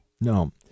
No